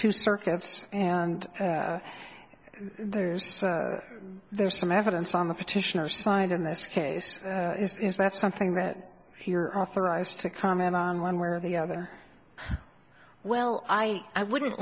two circuits and there's there's some evidence on the petitioner side in this case is that something that you're authorized to comment one way or the other well i i wouldn't